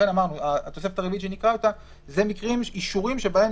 לכן אמרנו שהתוספת הרביעית שנקרא אלה אישורים שבהם